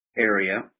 area